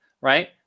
right